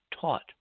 taught